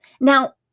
Now